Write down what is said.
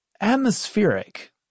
atmospheric